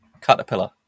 Caterpillar